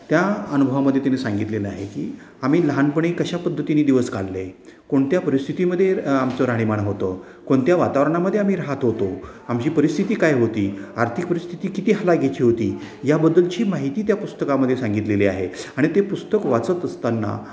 त्या अनुभवामध्ये त्यांनी सांगितलेलं आहे की आम्ही लहानपणी कशा पद्धतीने दिवस काढले कोणत्या परिस्थितीमध्ये आमचं राहणीमाण होतं कोणत्या वातावरणामदे आम्ही राहत होतो आमची परिस्थिती काय होती आर्थिक परिस्थिती किती हलाखीची होती याबद्दलची माहिती त्या पुस्तकामध्ये सांगितलेली आहे आणि ते पुस्तक वाचत असतांना